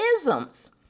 isms